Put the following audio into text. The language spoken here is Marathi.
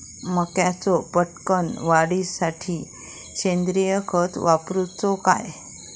मक्याचो पटकन वाढीसाठी सेंद्रिय खत वापरूचो काय?